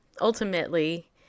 Ultimately